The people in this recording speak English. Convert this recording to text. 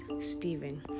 Stephen